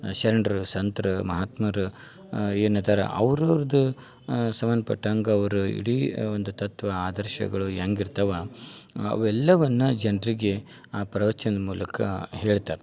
ಶರಣ್ರು ಸಂತ್ರು ಮಹಾತ್ಮರು ಏನಿದಾರ ಅವ್ರವ್ರ್ದು ಸಂಬಂಧ್ಪಟ್ಟಂಗ ಅವ್ರು ಇಡೀ ಒಂದು ತತ್ವ ಆದರ್ಶಗಳು ಹೆಂಗಿರ್ತಾವ ಅವೆಲ್ಲವನ್ನ ಜನರಿಗೆ ಆ ಪ್ರವಚನ ಮೂಲಕ ಹೇಳ್ತಾರೆ